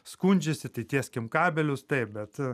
skundžiasi tai tieskim kabelius taip bet